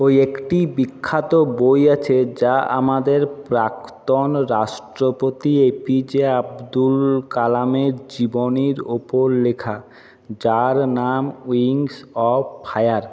ওই একটি বিখ্যাত বই আছে যা আমাদের প্রাক্তন রাষ্ট্রপতি এ পি জে আব্দুল কালামের জীবনীর ওপর লেখা যার নাম উইংস অফ ফায়ার